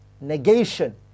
negation